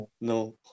no